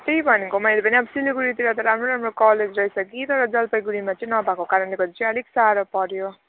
त्यही भनेको मैले पनि अब सिलगढीतिर त राम्रो राम्रो कलेज रहेछ कि तर जलपाइगढीमा चाहिँ नभएको कारणले गर्दा चाहिँ अब अलिक साह्रो पऱ्यो